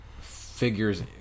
figures